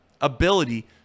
ability